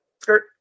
skirt